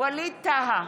ווליד טאהא,